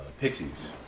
Pixies